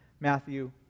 Matthew